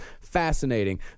fascinating